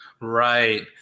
right